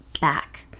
back